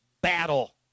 battle